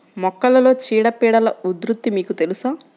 మొక్కలలో చీడపీడల ఉధృతి మీకు తెలుసా?